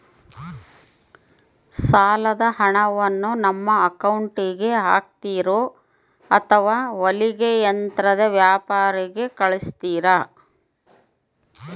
ಸಾಲದ ಹಣವನ್ನು ನಮ್ಮ ಅಕೌಂಟಿಗೆ ಹಾಕ್ತಿರೋ ಅಥವಾ ಹೊಲಿಗೆ ಯಂತ್ರದ ವ್ಯಾಪಾರಿಗೆ ಕಳಿಸ್ತಿರಾ?